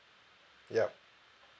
ya